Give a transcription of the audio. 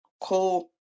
cool